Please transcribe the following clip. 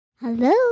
Hello